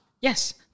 Yes